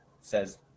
says